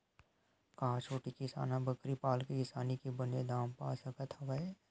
का छोटे किसान ह बकरी पाल के किसानी के बने दाम पा सकत हवय?